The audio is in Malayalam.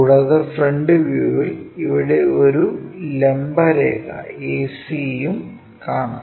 കൂടാതെ ഫ്രണ്ട് വ്യൂവിൽ ഇവിടെ ഒരു ലംബ രേഖ ac യും കാണാം